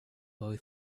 boy